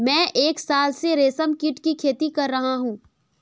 मैं एक साल से रेशमकीट की खेती कर रहा हूँ